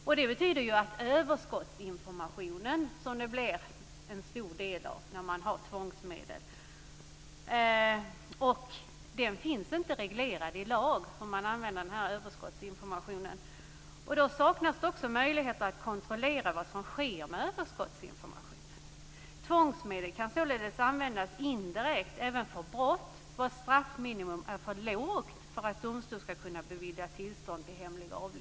Hur man använder den överskottsinformation som det blir en hel del av när man har tvångsmedel är inte reglerat i lag. Då saknas det också möjligheter att kontrollera vad som sker med överskottsinformationen. Tvångsmedel kan således användas indirekt även för brott vilkas straffminimum är för lågt för att domstol ska kunna bevilja tillstånd till hemlig avlyssning. Hemlig teleavlyssning är ett av de i särklass mest integritetskränkande tvångsmedel som staten kan tillgripa i sin brottsbekämpande verksamhet. Det bör användas mycket restriktivt och endast vid utredning av särskilt svår brottslighet. Det är ju inte endast brottslingen som övervakas, eftersom polisen kan avlyssna samtliga abonnemang där en misstänkt kan tänkas befinna sig. Även släkt, vänner, barn och andra kan då avlyssnas.